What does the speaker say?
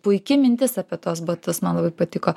puiki mintis apie tuos batus man labai patiko